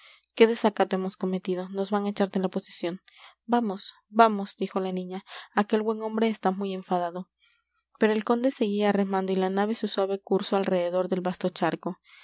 qué desacato hemos cometido nos van a echar de la posesión vamos vamos dijo la niña aquel buen hombre está muy enfadado pero el conde seguía remando y la nave su suave curso alrededor del vasto charco